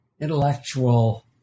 intellectual